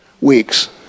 weeks